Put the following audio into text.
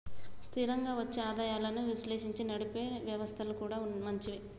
స్థిరంగా వచ్చే ఆదాయాలను విశ్లేషించి నడిపే వ్యవస్థలు కూడా మంచివే